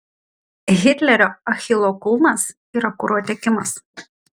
hitlerio achilo kulnas yra kuro tiekimas